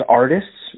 artists